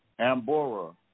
Ambora